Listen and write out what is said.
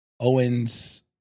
Owens